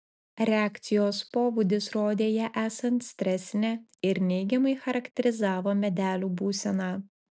reakcijos pobūdis rodė ją esant stresinę ir neigiamai charakterizavo medelių būseną